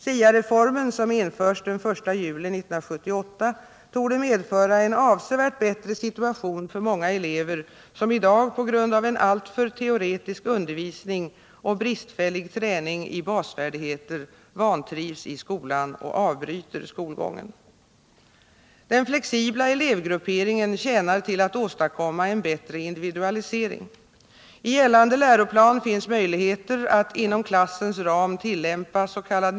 SIA-reformen, som införs den 1 juli 1978, torde medföra en avsevärt bättre situation för många elever, som i dag på grund av en alltför teoretisk undervisning och bristfällig träning i basfärdigheter vantrivs i skolan och avbryter skolgången. Den flexibla elevgrupperingen tjänar till att åstadkomma en bättre individualisering. I gällande läroplan finns möjligheter att inom klassens ram tillämpas.k.